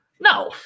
No